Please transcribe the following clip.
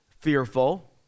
fearful